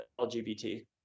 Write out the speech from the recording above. LGBT